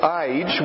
age